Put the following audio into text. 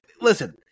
listen